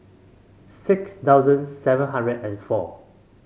six thousand seven hundred and four